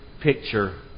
picture